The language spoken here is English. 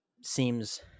seems